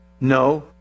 No